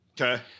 Okay